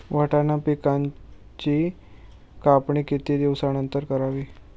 वाटाणा पिकांची कापणी किती दिवसानंतर करावी?